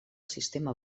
sistema